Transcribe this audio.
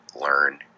learn